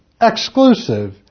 exclusive